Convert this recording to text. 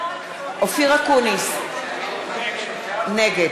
אופיר אקוניס, נגד